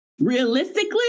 realistically